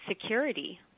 security